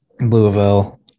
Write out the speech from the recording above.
Louisville